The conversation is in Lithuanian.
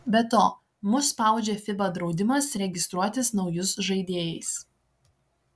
be to mus spaudžia fiba draudimas registruotis naujus žaidėjais